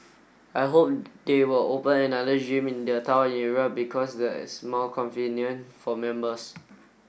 I hope they will open another gym in their town area because that's more convenient for members